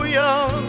young